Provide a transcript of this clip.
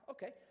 Okay